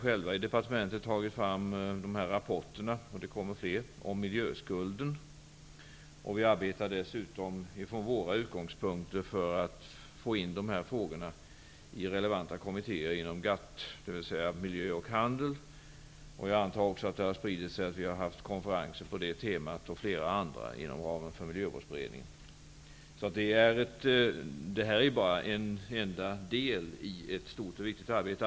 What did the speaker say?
På departementet har vi dessutom tagit fram rapporter om miljöskulden. Vidare arbetar vi från våra utgångspunkter på att få in de här frågorna i relevanta kommittér inom GATT. Det handlar alltså om miljö och handel. Jag antar att det har spritts att vi har haft konferenser på bl.a. det temat inom ramen för Miljövårdsberedningen. Det här är således bara en del av ett stort och viktigt arbete.